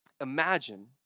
Imagine